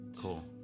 Cool